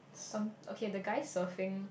some okay the guy surfing